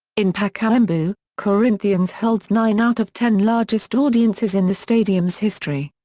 in pacaembu, corinthians holds nine out of ten largest audiences in the stadium's history.